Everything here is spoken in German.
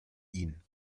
ihn